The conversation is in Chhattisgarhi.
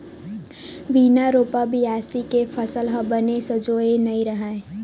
बिन रोपा, बियासी के फसल ह बने सजोवय नइ रहय